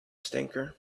stinker